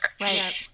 right